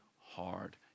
hard